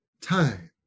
time